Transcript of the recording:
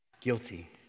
Guilty